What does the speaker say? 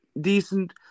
decent